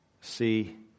see